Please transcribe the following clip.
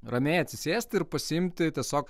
ramiai atsisėsti ir pasiimti tiesiog